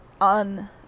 on